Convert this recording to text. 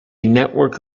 network